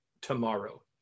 tomorrow